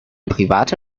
private